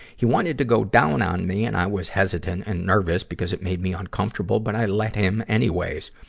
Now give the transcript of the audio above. he wanted to go down on me and i was hesitant and nervous because it made me uncomfortable, but i let him anyways.